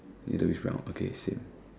middle is brown okay same